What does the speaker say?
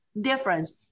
difference